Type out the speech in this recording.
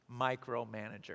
micromanager